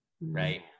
Right